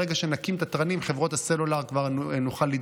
ברגע שנקים את התרנים נוכל כבר לדרוש